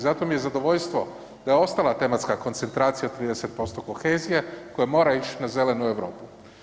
Zato mi je zadovoljstvo da je ostala tematska koncentracija 30% kohezije koja mora ić na Zelenu Europu.